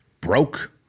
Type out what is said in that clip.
broke